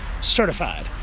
certified